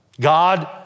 God